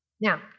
Now